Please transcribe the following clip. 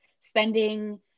spending